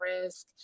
risk